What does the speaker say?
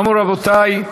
כאמור, רבותי,